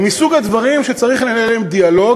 הם מסוג הדברים שצריך לנהל עליהם דיאלוג,